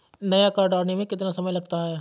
नया कार्ड आने में कितना समय लगता है?